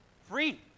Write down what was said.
free